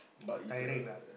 tiring lah